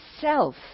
self